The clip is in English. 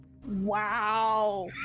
Wow